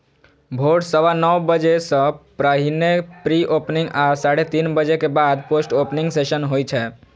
भोर सवा नौ बजे सं पहिने प्री ओपनिंग आ साढ़े तीन बजे के बाद पोस्ट ओपनिंग सेशन होइ छै